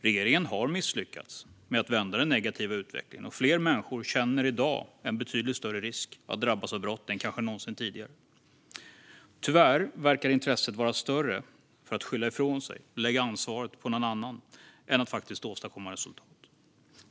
Regeringen har misslyckats med att vända den negativa utvecklingen, och människor känner i dag en betydligt större risk att drabbas av brott än kanske någonsin tidigare. Tyvärr verkar intresset vara större för att skylla ifrån sig, lägga ansvaret på någon annan, än för att faktiskt åstadkomma resultat.